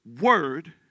word